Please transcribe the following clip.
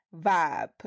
vibe